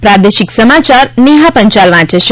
પ્રાદેશિક સમાચાર નેહા પંચાલ વાંચે છે